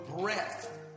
breath